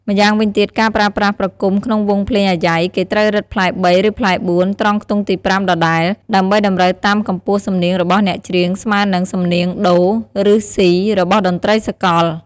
ម្យ៉ាងវិញទៀតការប្រើប្រាស់ប្រគំក្នុងវង់ភ្លេងអាយ៉ៃ គេត្រូវរឹតផ្លែ៣ ឬផ្លែ៤ ត្រង់ខ្ទង់ទី៥ដដែល ដើម្បីតម្រូវតាមកំពស់សំនៀងរបស់អ្នកច្រៀងស្មើនឹងសំនៀងដូ ឬស៊ី របស់តន្ដ្រីសាកល។